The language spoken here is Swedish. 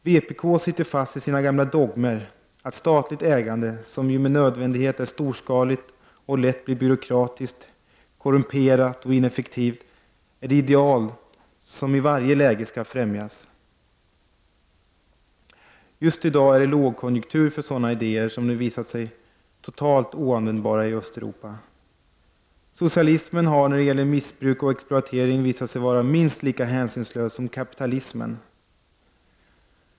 Vpk sitter fast i sina gamla dogmer att statligt ägande — som ju med nödvändighet är storskaligt och lätt blir byråkratiskt, korrumperat och ineffektivt — är det ideal som i varje läge skall främjas. Just i dag är det lågkonjunktur för sådana idéer, sedan de visat sig totalt oanvändbara i Östeuropa. Socialismen har, när det gäller missbruk och exploatering, visat sig var minst lika hänsynslös som kapitalismen.